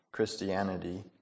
Christianity